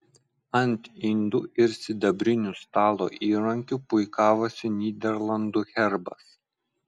ant indų ir sidabrinių stalo įrankių puikavosi nyderlandų herbas